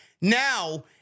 Now